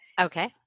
Okay